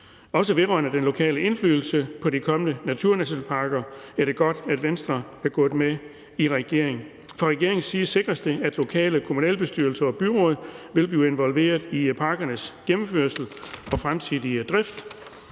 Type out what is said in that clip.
Også vedrørende den lokale indflydelse på de kommende naturnationalparker er det godt, at Venstre er gået med i regering. Fra regeringens side sikres det, at lokale kommunalbestyrelser og byråd vil blive involveret i parkernes gennemførsel og fremtidige drift.